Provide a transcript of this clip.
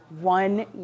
one